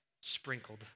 sprinkled